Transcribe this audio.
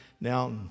now